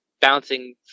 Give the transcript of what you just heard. bouncing